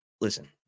listen